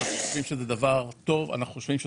אנחנו חושבים שזהו דבר טוב וברור.